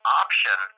option